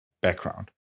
background